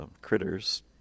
critters